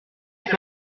dix